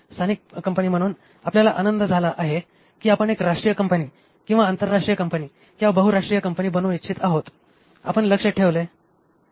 स्थानिक कंपनी म्हणुन आपल्याला आनंद झाला आहे की आपण एक राष्ट्रीय कंपनी किंवा आंतरराष्ट्रीय कंपनी किंवा बहुराष्ट्रीय कंपनी बनू इच्छित आहोत आपण लक्ष्य ठेवले